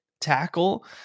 tackle